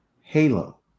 Halo